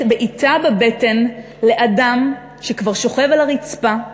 בעיטה בבטן לאדם שכבר שוכב על הרצפה,